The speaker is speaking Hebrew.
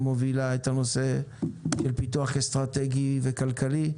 שמובילה את הנושא לפיתוח אסטרטגי וכלכלי.